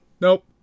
Nope